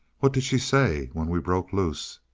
what did she say when we broke loose?